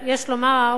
יש לומר בהגינות,